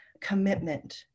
commitment